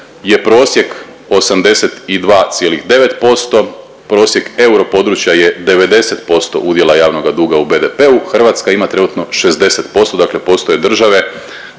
je prosjek 82,9%, prosjek europodručja je 90% udjela javnoga duga u BDP-u, Hrvatska ima trenutno 60%. Dakle, postoje države